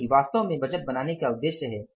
यही वास्तव में बजट बनाने का उद्देश्य है